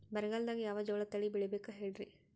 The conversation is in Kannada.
ಬರಗಾಲದಾಗ್ ಯಾವ ಜೋಳ ತಳಿ ಬೆಳಿಬೇಕ ಹೇಳ್ರಿ?